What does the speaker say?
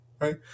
right